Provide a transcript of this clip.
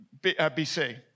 BC